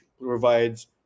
provides